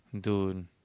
dude